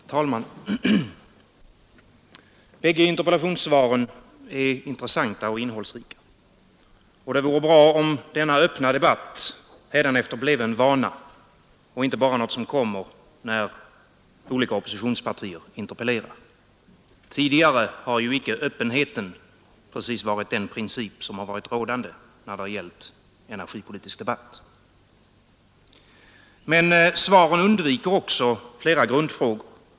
Herr talman! Bägge interpellationssvaren är intressanta och innehållsrika. Det vore bra om denna öppna debatt bleve en vana — inte bara något som kommer när olika oppositionspartier interpellerar. Tidigare har ju icke öppenheten precis varit den princip som har varit rådande när det gällt energipolitisk debatt. Men svaren undviker också flera grundfrågor.